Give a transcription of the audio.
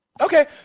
Okay